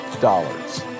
dollars